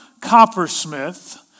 Coppersmith